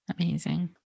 Amazing